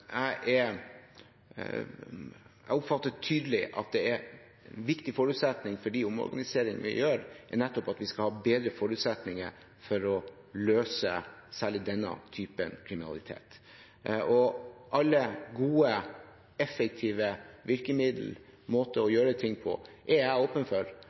Jeg oppfatter tydelig at en viktig forutsetning for de omorganiseringene vi gjør, nettopp er at vi skal ha bedre forutsetninger for å løse særlig denne typen kriminalitet. Alle gode, effektive virkemidler, måter å gjøre ting på, er jeg åpen for